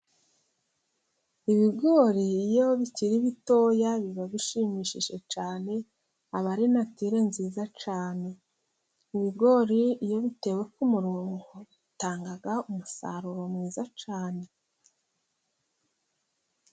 Ibigori iyo bikiri bitoya biba bishimishije cyane ,aba ari natire nziza cyane . Ibigori iyo bitewe ku murongo , bitanga umusaruro mwiza cyane.